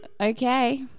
Okay